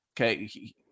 Okay